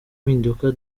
impinduka